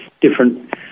different